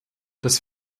dass